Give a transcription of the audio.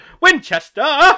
Winchester